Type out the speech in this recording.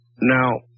Now